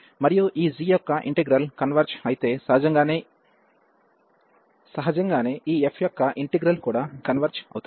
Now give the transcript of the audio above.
మరియు ఈ g యొక్క ఇంటిగ్రల్ కన్వెర్జ్ అయితే సహజంగానే ఈ f యొక్క ఇంటిగ్రల్ కూడా కన్వెర్జ్ అవుతుంది